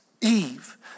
Eve